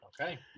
Okay